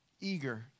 eager